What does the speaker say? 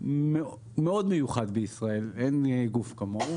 מאוד מיוחד בישראל, אין גוף כמוהו.